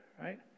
right